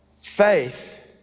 faith